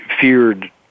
feared